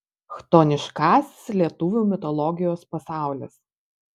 chtoniškasis lietuvių mitologijos pasaulis